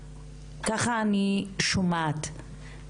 ככה אני שומעת.